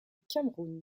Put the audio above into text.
cameroun